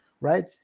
right